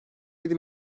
yedi